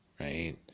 right